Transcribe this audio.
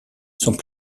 sont